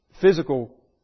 physical